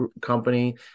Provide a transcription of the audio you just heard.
company